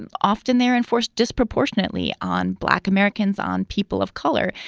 and often they're enforced disproportionately on black americans, on people of color.